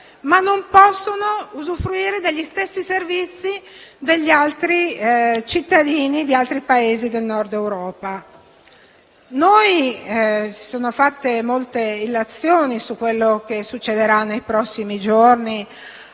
e non possono usufruire degli stessi servizi dei cittadini di altri Paesi del Nord Europa. Sono state fatte molte illazioni su quello che succederà nei prossimi giorni,